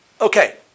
Okay